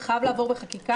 זה חייב לעבור בחקיקה.